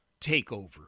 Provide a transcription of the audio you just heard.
takeover